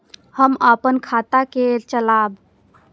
हम अपन खाता के चलाब?